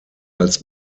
als